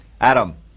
Adam